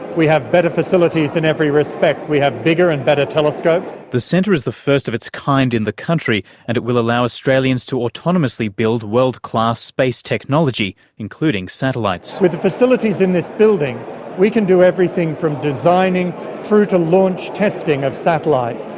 we have better facilities in every respect. we have bigger and better telescopes. the centre is the first of its kind in the country and it will allow australians to autonomously build world-class space technology, including satellites. with the facilities in this building we can do everything from designing through to launch testing of satellites.